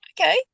okay